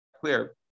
clear